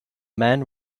men